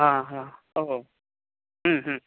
हो हो